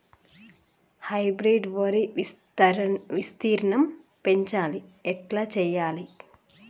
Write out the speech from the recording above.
Hybrid వరి విస్తీర్ణం పెంచాలి ఎట్ల చెయ్యాలి?